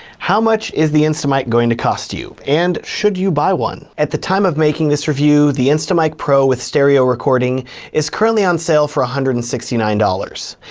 how much is the instamic going to cost you? and should you buy one? at the time of making this review, the instamic pro with stereo recording is currently on sale for one hundred and sixty nine dollars.